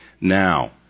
Now